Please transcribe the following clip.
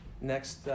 next